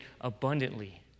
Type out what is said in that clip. abundantly